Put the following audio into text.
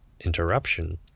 interruption